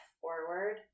forward